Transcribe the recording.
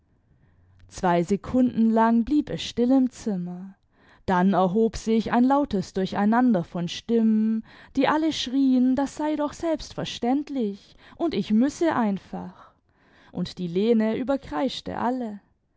zwei sekunden lang blieb es still im zimmer dann erhob sich ein lautes durcheinander von stimmen die alle schrien das sei doch selbstverständlich und ich müsse einfach und die lene überkreischte alle